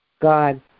God